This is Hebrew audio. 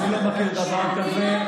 אני לא מכיר דבר כזה.